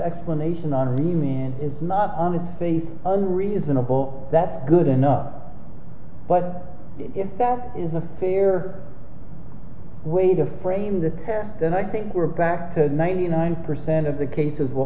explanation on me is not on its face unreasonable that's good enough but if that is a fair way to frame the pair then i think we're back to ninety nine percent of the cases will